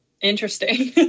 interesting